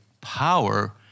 power